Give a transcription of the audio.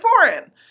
foreign